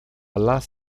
leas